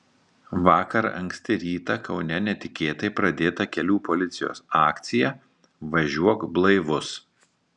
vakar anksti rytą kaune netikėtai pradėta kelių policijos akcija važiuok blaivus